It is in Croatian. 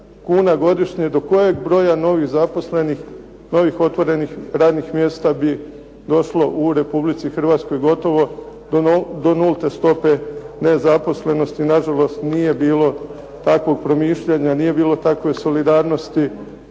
kuna godišnje. Do kojeg broja novih zaposlenih, novih otvorenih radnih mjesta bi došlo u Republici Hrvatskoj, gotovo do nulte stope nezaposlenosti. Nažalost, nije bilo takvog promišljanja, nije bilo takve solidarnosti